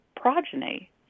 progeny